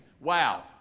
Wow